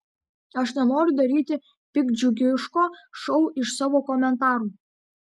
aš nenoriu daryti piktdžiugiško šou iš savo komentarų